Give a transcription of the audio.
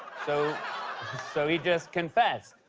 so so he just confessed